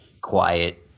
quiet